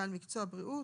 בעל מקצוע בריאות,